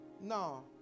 No